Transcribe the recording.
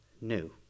new